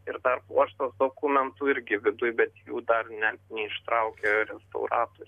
ir dar pluoštas dokumentų irgi viduj bet jų dar ne neištraukė restauratoriai